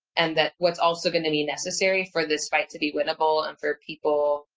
and that what's also going to be necessary for this fight to be winnable and for people,